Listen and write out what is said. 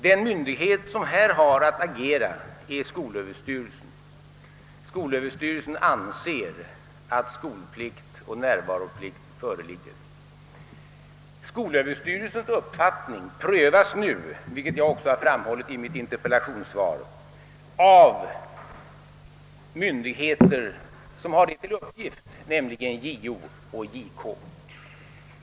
Den myndighet som här har att agera är skolöverstyrelsen. Den anser att skolplikt och närvaroplikt föreligger. Skolöverstyrelsens uppfattning prövas nu, vilket jag också framhållit i mitt interpellationssvar, av myndigheter som har det till uppgift, nämligen JO och JK.